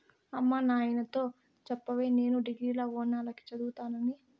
అమ్మ నాయనతో చెప్పవే నేను డిగ్రీల ఓనాల కి చదువుతానని